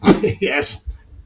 yes